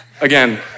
again